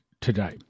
today